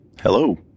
Hello